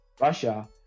Russia